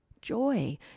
Joy